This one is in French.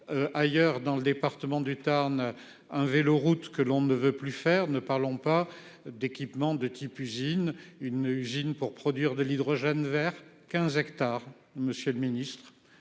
Ailleurs dans le département du Tarn. Un vélo route que l'on ne veut plus faire, ne parlons pas d'équipements de type usine, une usine pour produire de l'hydrogène Vert 15 hectares. Monsieur le Ministre,